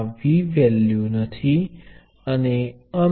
જેથી બે નોડ સમાન વોલ્ટેજ પર હશે